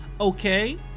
Okay